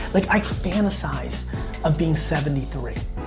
like i fantasize of being seventy three.